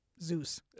Zeus